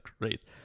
great